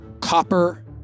copper